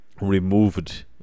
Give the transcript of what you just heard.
removed